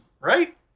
right